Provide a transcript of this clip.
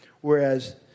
whereas